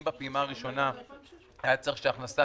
אם בפעימה הראשונה היה צריך שההכנסה